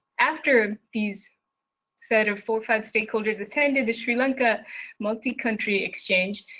after these set of four or five stakeholders attended the sri lanka multi country exchange,